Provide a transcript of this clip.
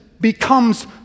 becomes